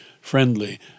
friendly